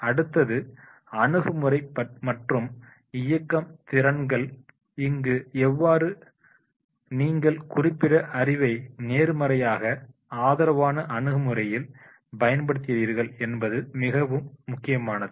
அடுத்தது அணுகுமுறை மற்றும் இயக்கம் திறன்கள் இங்கு எவ்வாறு நீங்கள் குறிப்பிட்ட அறிவை நேர்மறையாக ஆதரவான அணுகுமுறையில் பயன்படுத்துகிறீர்கள் என்பது மிகவும் முக்கியமானது